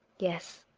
yes,